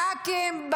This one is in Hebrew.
ח"כים,